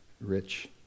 rich